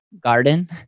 garden